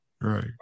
Right